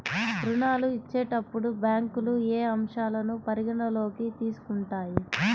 ఋణాలు ఇచ్చేటప్పుడు బ్యాంకులు ఏ అంశాలను పరిగణలోకి తీసుకుంటాయి?